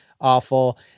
awful